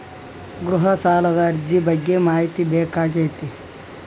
ಗೃಹ ಸಾಲದ ಅರ್ಜಿ ಬಗ್ಗೆ ಮಾಹಿತಿ ಬೇಕಾಗೈತಿ?